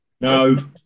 No